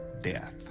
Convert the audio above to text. death